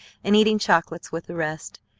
and eating chocolates with the rest.